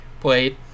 played